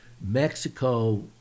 Mexico